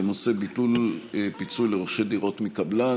בנושא: ביטול פיצוי לרוכשי דירות מקבלן.